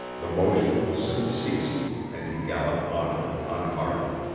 the motion soon ceased, and he galloped onward, unharmed.